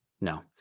no